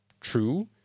true